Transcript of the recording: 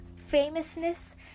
famousness